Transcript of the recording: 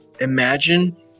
Imagine